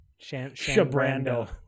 shabrando